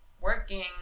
working